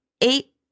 Eight